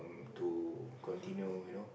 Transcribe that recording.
to continue you know